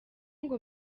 ngo